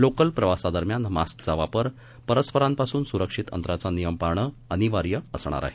local प्रवासादरम्यान मास्कचा वापर परस्परांपासून सुरक्षित अंतराचा नियम पाळणं बंधनकारक असणार आहे